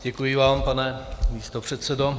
Děkuji vám, pane místopředsedo.